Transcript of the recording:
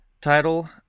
title